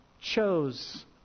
chose